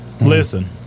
Listen